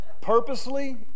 purposely